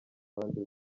impande